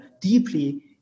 deeply